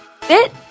Fit